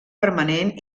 permanent